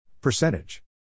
Percentage